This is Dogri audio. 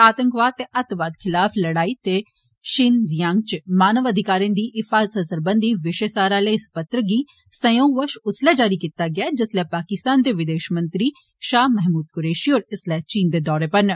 आतंकवाद ते अत्तवाद खिलाफ लड़ाई ते षिनजियांग च मानव अधिकारें दी हिफाज़त सरबंधी विशयसार आले इस पत्र गी संयोगवष उस्सले जारी कीता गेआ ऐ जिस्सले पाकिस्तान दे विदेषमंत्री षाह महमूद कुरैषी होर इस्सले चीन दे दौर उप्पर न